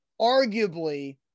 arguably